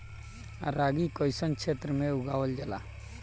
रागी कइसन क्षेत्र में उगावल जला?